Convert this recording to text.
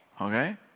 Okay